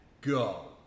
go